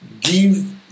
give